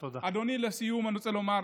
אדוני, לסיום אני רוצה לומר